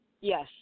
Yes